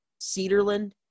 Cedarland